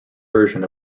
version